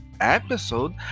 episode